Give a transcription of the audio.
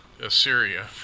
Assyria